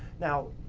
now,